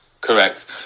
Correct